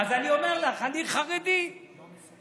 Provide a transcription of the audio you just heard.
אז אני אומר לך, אני חרדי, באמת?